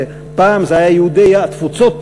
שפעם זה היה: יהודי התפוצות,